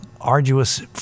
arduous